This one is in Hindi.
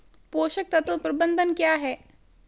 पोषक तत्व प्रबंधन क्या है?